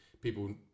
people